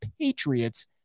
Patriots